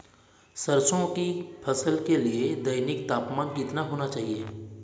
सरसों की फसल के लिए दैनिक तापमान कितना होना चाहिए?